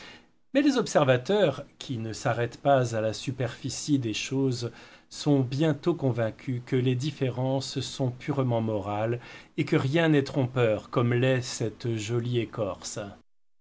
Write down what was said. mais les observateurs qui ne s'arrêtent pas à la superficie des choses sont bientôt convaincus que les différences sont purement morales et que rien n'est trompeur comme l'est cette jolie écorce